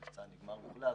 המבצע נגמר וזה נפסק.